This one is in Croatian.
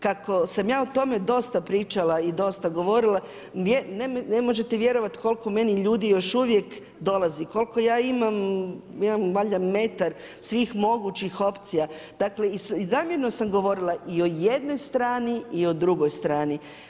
Kako sam ja o tome dosta pričala i dosta govorila, ne možete vjerovati koliko meni ljudi još uvijek dolazi, koliko ja imam, imam valjda metar svih mogućih opcija, dakle namjerno sam govorila i o jednoj strani i o drugoj strani.